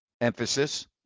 emphasis